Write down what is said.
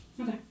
Okay